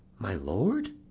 my lord?